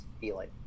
feeling